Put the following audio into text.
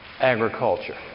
agriculture